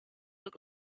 look